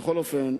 בכל אופן,